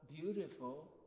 beautiful